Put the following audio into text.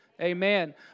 Amen